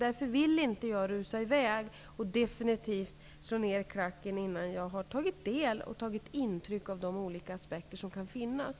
Jag vill därför inte rusa i väg och definitivt sätter ner klacken innan jag har tagit del och intryck av de olika aspekter som kan finnas.